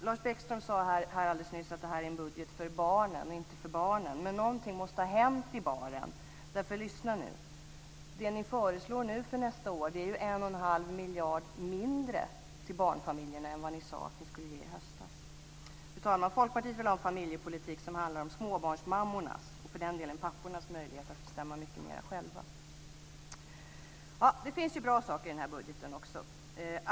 Lars Bäckström sade här alldeles nyss att det här är en budget för barnen och inte för baren, men någonting måste ha hänt i baren, för lyssna nu: Det som ni föreslår nu för nästa år är ju 1 1⁄2 miljard mindre till barnfamiljerna än vad ni föreslog i höstas. Fru talman! Folkpartiet vill ha en familjepolitik som handlar om småbarnsmammornas och för den delen pappornas möjligheter att bestämma mycket mer själva. Det finns också bra saker i budgeten.